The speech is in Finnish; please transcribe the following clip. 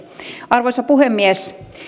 arvoisa puhemies